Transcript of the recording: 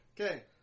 Okay